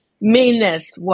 Meanness